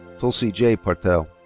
tulsi j. patel.